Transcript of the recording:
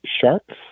sharks